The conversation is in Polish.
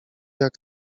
jak